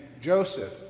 Joseph